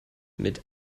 mit